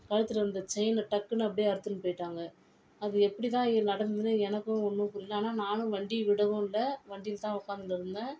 கழுத்தில் இருந்த செயினை டக்குன்னு அப்பிடியே அறுத்துன்னு போயிட்டாங்க அது எப்படி தான் நடந்துதுன்னு இது எனக்கும் ஒன்றும் புரியல ஆனால் நானும் வண்டி விடவும் இல்லை வண்டியில் தான் உக்காந்துருந்தேன்